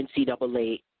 NCAA